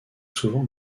souvent